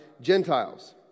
Gentiles